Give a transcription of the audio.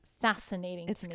fascinating